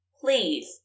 Please